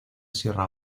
sierra